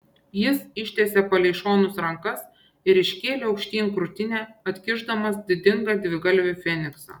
jis ištiesė palei šonus rankas ir iškėlė aukštyn krūtinę atkišdamas didingą dvigalvį feniksą